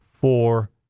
four